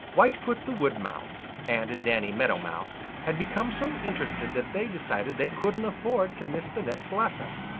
whitefoot the wood mouse and danny meadow mouse had become so interested that they decided they couldn't afford to miss the next lesson.